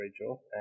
Rachel